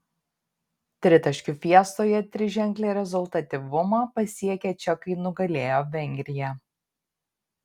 tritaškių fiestoje triženklį rezultatyvumą pasiekę čekai nugalėjo vengriją